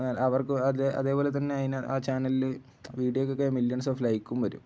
അവർക്ക് അതേപോലെ തന്നെ അതിന് ആ ചാനലില് വീഡിയോയ്ക്കൊക്കെ മില്യൻസ് ഓഫ് ലൈക്കും വരും